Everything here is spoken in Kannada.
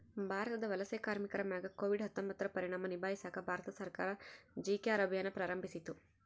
ಭಾರತದ ವಲಸೆ ಕಾರ್ಮಿಕರ ಮ್ಯಾಗ ಕೋವಿಡ್ ಹತ್ತೊಂಬತ್ತುರ ಪರಿಣಾಮ ನಿಭಾಯಿಸಾಕ ಭಾರತ ಸರ್ಕಾರ ಜಿ.ಕೆ.ಆರ್ ಅಭಿಯಾನ್ ಪ್ರಾರಂಭಿಸಿತು